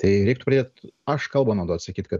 tai reiktų pradėt aš kalbą naudot sakyt kad